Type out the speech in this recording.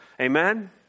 Amen